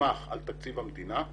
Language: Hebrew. נסמך על תקציב המדינה,